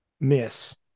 miss